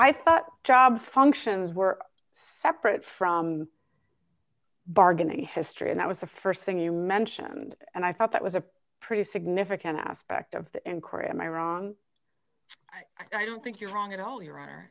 i thought job functions were separate from bargaining history and that was the st thing you mentioned and i thought that was a pretty significant aspect of the inquiry and my wrong i don't think you're wrong at all your honor